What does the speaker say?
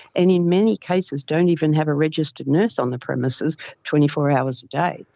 and in many cases don't even have a registered nurse on the premises twenty four hours a day.